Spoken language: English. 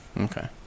Okay